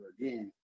again